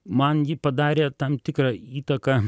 man ji padarė tam tikrą įtaką